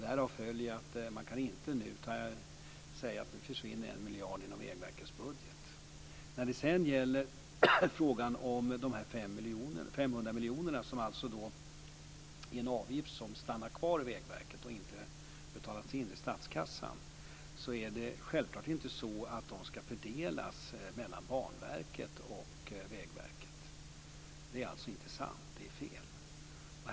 Därav följer att man inte nu kan säga att 1 miljard försvinner inom Vägverkets budget. De 500 miljonerna, som alltså är en avgift som stannar kvar i Vägverket och inte har betalats in i statskassan, ska självklart inte fördelas mellan Banverket och Vägverket. Det är alltså inte sant. Det är fel.